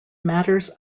matters